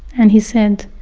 and he said,